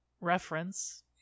reference